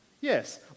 Yes